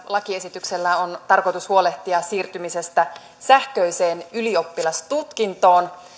lakiesityksellä on tarkoitus huolehtia siirtymisestä sähköiseen ylioppilastutkintoon